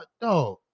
dog